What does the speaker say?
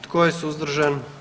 Tko je suzdržan?